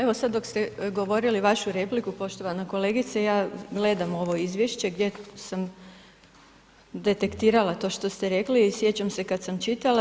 Evo sad dok ste govorili vašu repliku, poštovana kolegice, ja gledam ovo izvješće gdje sam detektirala to što ste rekli i sjećam se kad sam čitala.